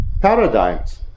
paradigms